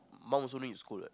mum also do it in school